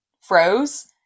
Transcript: froze